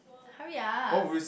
hurry up